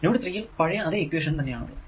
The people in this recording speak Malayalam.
നോഡ് 3 യിൽ പഴയ അതെ ഇക്വേഷൻ തന്നെ ആണ്